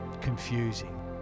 confusing